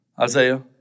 Isaiah